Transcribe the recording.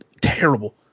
Terrible